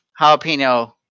jalapeno